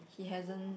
he hasn't